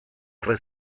erre